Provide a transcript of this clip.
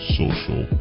social